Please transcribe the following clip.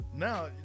Now